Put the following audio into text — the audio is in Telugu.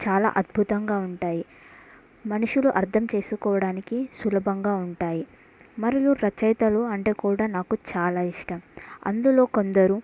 చాలా అద్భుతంగా ఉంటాయి మనుషులు అర్థం చేసుకోవడానికి సులభంగా ఉంటాయి మరియు రచయితలు అంటే కూడా నాకు చాలా ఇష్టం అందులో కొందరు